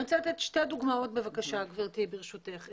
אני רוצה לתת שתי דוגמאות בבקשה גברתי, ברשותך.